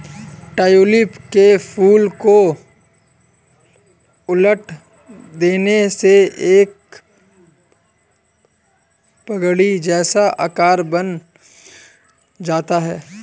tulip के फूल को उलट देने से एक पगड़ी जैसा आकार बन जाता है